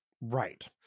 Right